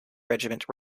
regiment